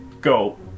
go